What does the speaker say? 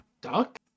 duck